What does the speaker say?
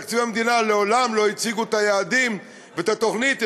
בתקציב המדינה מעולם לא הציגו את היעדים ואת התוכנית,